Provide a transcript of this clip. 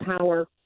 power